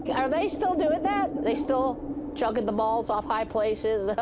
are they still doing that? they still chucking the balls off high places? oh,